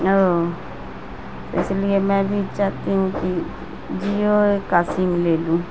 او تو اس لیے میں بھی چاہتی ہوں کہ جیو کا سم میں لے لوں